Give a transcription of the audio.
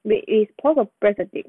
it it's pause or press the tape